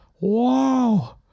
wow